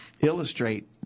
illustrate